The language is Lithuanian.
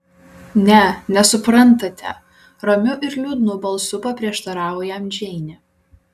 ne nesuprantate ramiu ir liūdnu balsu paprieštaravo jam džeinė